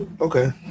Okay